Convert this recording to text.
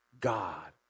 God